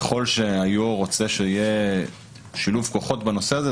ככל שהיו"ר רוצה שיהיה שילוב כוחות בנושא הזה,